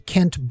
Kent